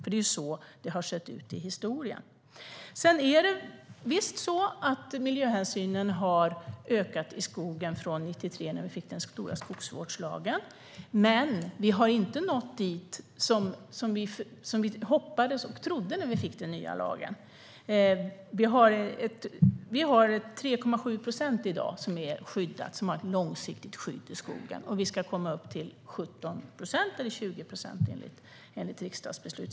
Det är ju så det har sett ut i historien. Visst är det så att miljöhänsynen i skogen har ökat från 1993, när vi fick den stora skogsvårdslagen. Men vi har inte nått dit vi hoppades och trodde att vi skulle nå när vi fick den nya lagen. I dag har vi 3,7 procent skog som är skyddad, som har ett långsiktigt skydd, och vi ska komma upp till 17 eller 20 procent enligt riksdagsbeslut.